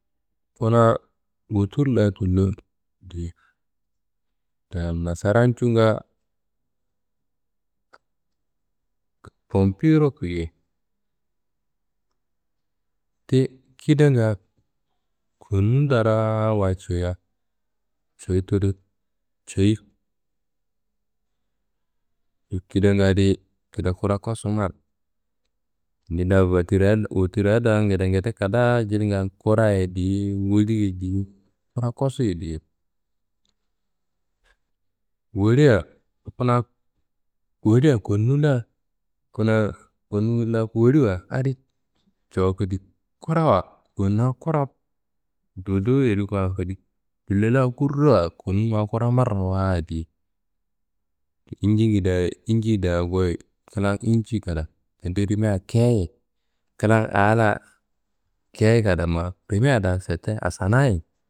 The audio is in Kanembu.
Kuna wotur la tullo diye. Ndlam Nasaran cunga bombiro kuyei. Ti kidanga konu ndaraa wayi ciyia cuyi tudu ceyi. Kidanga adi kida kura kosu marra. Ni da wotirra wotirra da ngedengede kadaa jilinga kura ye diye woli ye diye kura kosu ye diye. Wolia kuna wolia konu la kuna konu wolla woliwa adi cowu kodi, kurawa kona kura dodowu yediwa kodi. Tullo la kurra konu ma kura marrawayit diye, injingedeyaye inji da goyi klan inji kada, tendi rimia keyeye, klan a la keye kada ma rimia da fitte asanaye.